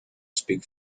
speak